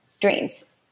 dreams